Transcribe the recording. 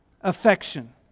affection